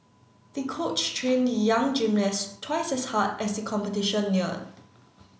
the coach trained the young gymnast twice as hard as the competition neared